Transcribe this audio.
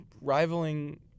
rivaling